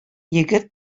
егет